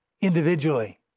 individually